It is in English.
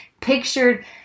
pictured